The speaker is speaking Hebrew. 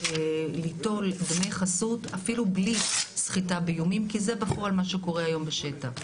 וליטול בני חסות אפילו בלי סחיטה באיומים כי זה בפועל מה שקורה היום בשטח.